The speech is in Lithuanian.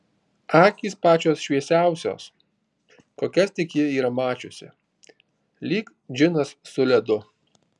akys pačios šviesiausios kokias tik ji yra mačiusi lyg džinas su ledu